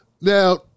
Now